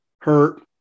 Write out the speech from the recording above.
Hurt